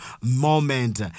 moment